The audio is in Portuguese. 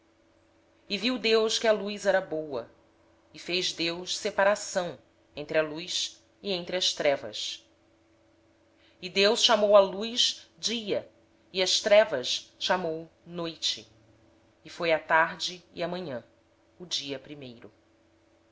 viu deus que a luz era boa e fez separação entre a luz e as trevas e deus chamou à luz dia e às trevas noite e foi a tarde e a manhã o dia